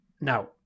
Now